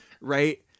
Right